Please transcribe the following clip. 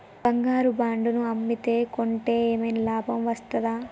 బంగారు బాండు ను అమ్మితే కొంటే ఏమైనా లాభం వస్తదా?